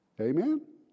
amen